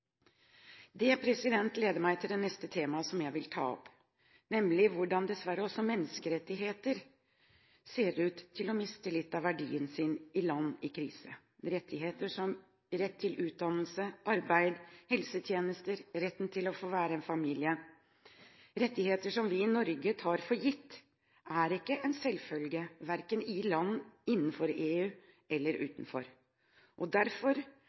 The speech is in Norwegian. leder meg til det neste temaet som jeg vil ta opp, nemlig hvordan dessverre også menneskerettigheter ser ut til å miste litt av verdien sin i land i krise – som f.eks. retten til utdannelse, arbeid og helsetjenester og retten til å få være en familie. Rettigheter som vi i Norge tar for gitt, er ikke en selvfølge, verken i land innenfor eller utenfor EU. Derfor